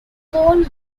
pole